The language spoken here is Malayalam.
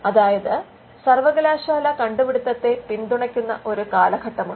അതായത് സർവകലാശാല കണ്ടുപിടുത്തത്തെ പിന്തുണയ്ക്കുന്ന ഒരു കാലഘട്ടമുണ്ട്